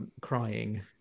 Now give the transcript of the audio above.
crying